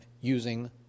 using